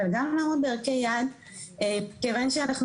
אבל גם לעמוד בערכי יעד כיוון שאנחנו